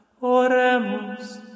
Oremus